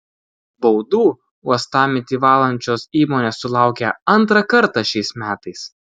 baudų uostamiestį valančios įmonės sulaukia antrą kartą šiais metais